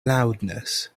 loudness